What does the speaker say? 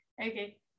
Okay